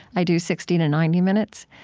i do sixty to ninety minutes.